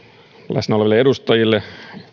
läsnä oleville edustajille